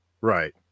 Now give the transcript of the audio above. Right